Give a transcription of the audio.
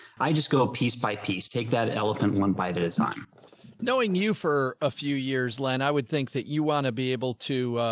i just go piece by piece. take that elephant one bite at a time knowing you you for a few years. len, i would think that you want to be able to,